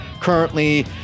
currently